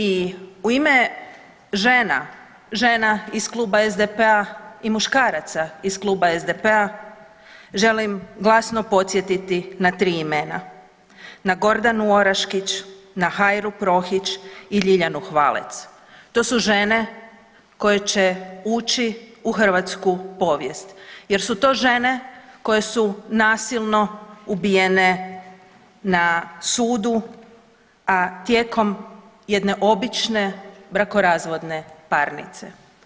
I u ime žena, žena iz Kluba SDP-a i muškaraca iz Kluba SDP-a želim glasno podsjetiti na 3 imena, na Gordanu Oraškić, na Hairu Prohić i Ljiljanu Hvalec, to su žene koje će ući u hrvatsku povijest jer su to žene koje su nasilno ubijene na sudu, a tijekom jedne obične brakorazvodne parnice.